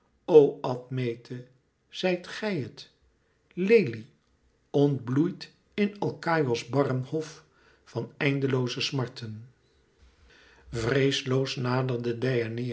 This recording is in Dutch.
o admete zijt gij het lelie ontbloeid in alkaïos barren hof van eindlooze smarten vreesloos naderde